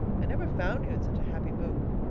i never found you in such a happy mood.